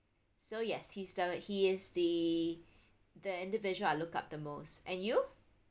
so yes he's the he is the the individual I look up the most and you